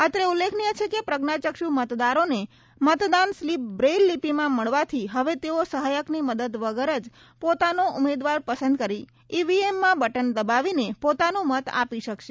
અત્રે ઉલ્લેખનીય છે કે પ્રજ્ઞાચક્ષુ મતદારોને મતદાન સ્લીપ બ્રેઇલ લીપીમાં મળવાથી હવે તેઓ સહાયકની મદદ વગર જ પોતાનો ઉમેદવાર પસંદ કરી ઈવીએમમાં બટન દબાવીને પોતાનો મત આપી શકશે